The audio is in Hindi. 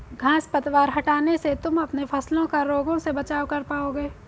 घांस पतवार हटाने से तुम अपने फसलों का रोगों से बचाव कर पाओगे